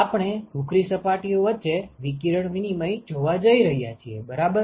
આપણે ભૂખરી સપાટીઓ વચ્ચે વિકિરણ વિનિમય જોવા જઈ રહ્યા છીએ બરાબર